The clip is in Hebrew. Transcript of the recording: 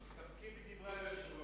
מסתפקים בדברי היושב-ראש.